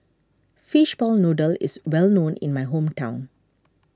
Fishball Noodle is well known in my hometown